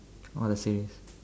or the series